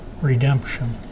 redemption